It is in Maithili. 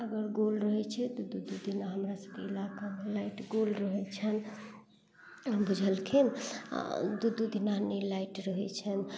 अगर गूल रहै छै तऽ दू दू दिना हमरा सबके इलाकामे लाइट गूल रहै छै बुझलखिन दू दू दिना नहि लाइट रहै छै